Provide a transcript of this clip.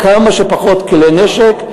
כמה שפחות כלי נשק,